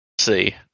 see